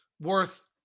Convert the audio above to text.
worth